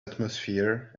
atmosphere